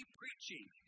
preaching